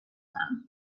them